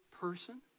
person